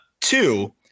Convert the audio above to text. Two